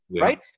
right